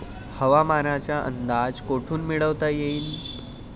हवामानाचा अंदाज कोठून मिळवता येईन?